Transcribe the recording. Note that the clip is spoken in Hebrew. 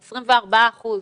היישום הוא 24 אחוזים.